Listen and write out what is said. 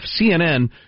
CNN